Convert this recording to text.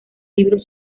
libros